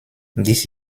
dies